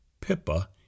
Pippa